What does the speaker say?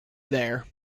there